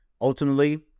ultimately